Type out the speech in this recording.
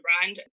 brand